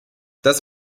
das